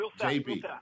JB